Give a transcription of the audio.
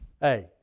hey